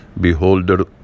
beholder